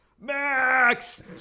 Max